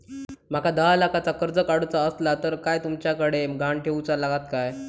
माका दहा लाखाचा कर्ज काढूचा असला तर काय तुमच्याकडे ग्हाण ठेवूचा लागात काय?